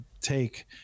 take